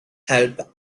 help